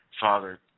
Father